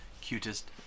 cutest